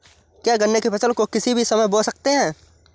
क्या गन्ने की फसल को किसी भी समय बो सकते हैं?